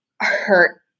hurt